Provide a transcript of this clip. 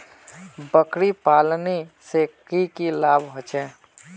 बकरी पालने से की की लाभ होचे?